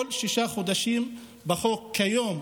בחוק כיום,